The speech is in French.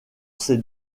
ces